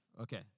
Okay